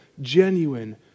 genuine